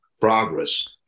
progress